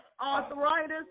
Arthritis